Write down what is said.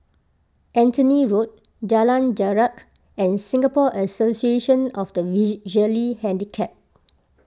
Anthony Road Jalan Jarak and Singapore Association of the Visually Handicapped